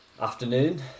Afternoon